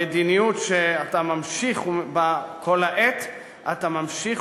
במדיניות שאתה ממשיך בה כל העת אתה ממשיך